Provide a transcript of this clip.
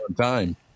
time